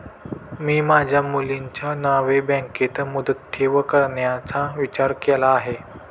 मी माझ्या मुलीच्या नावे बँकेत मुदत ठेव करण्याचा विचार केला आहे